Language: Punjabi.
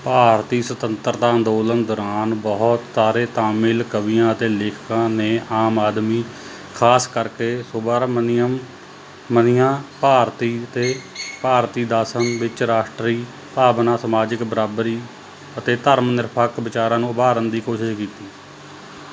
ਭਾਰਤੀ ਸੁਤੰਤਰਤਾ ਅੰਦੋਲਨ ਦੌਰਾਨ ਬਹੁਤ ਸਾਰੇ ਤਾਮਿਲ ਕਵੀਆਂ ਅਤੇ ਲੇਖਕਾਂ ਨੇ ਆਮ ਆਦਮੀ ਖਾਸ ਕਰਕੇ ਸੁਬਾਰਮਨੀਅਮ ਮਨੀਆ ਭਾਰਤੀ ਅਤੇ ਭਾਰਤੀਦਾਸਨ ਵਿੱਚ ਰਾਸ਼ਟਰੀ ਭਾਵਨਾ ਸਮਾਜਿਕ ਬਰਾਬਰੀ ਅਤੇ ਧਰਮ ਨਿਰਪੱਖ ਵਿਚਾਰਾਂ ਨੂੰ ਉਭਾਰਨ ਦੀ ਕੋਸ਼ਿਸ਼ ਕੀਤੀ